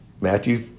Matthew